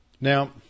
Now